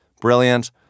Brilliant